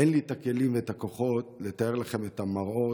אין לי את הכלים ואת הכוחות לתאר לכם את המראות.